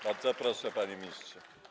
Bardzo proszę, panie ministrze.